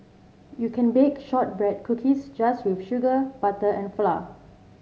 you can bake shortbread cookies just with sugar butter and flour